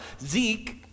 Zeke